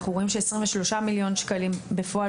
אנחנו רואים ש-23 מיליון ₪ הוקצו, בפועל